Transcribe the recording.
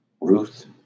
Ruth